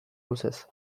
luzez